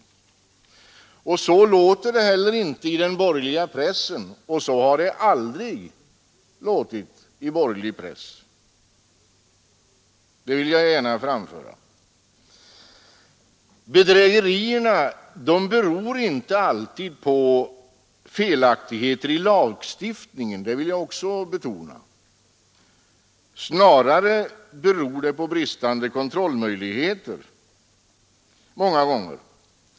Såsom i reservationen låter det inte heller i den borgerliga pressen — och så har det aldrig låtit i borgerlig press, vilket jag gärna vill framföra. Jag vill också betona att bedrägerierna inte alltid beror på felaktigheter i lagstiftningen. De beror snarare på bristande kontrollmöjligheter.